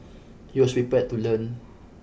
he was prepared to learn